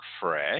Fresh